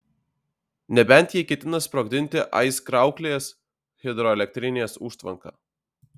nebent jie ketina sprogdinti aizkrauklės hidroelektrinės užtvanką